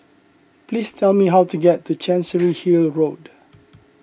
please tell me how to get to Chancery Hill Road